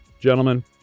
Gentlemen